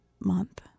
month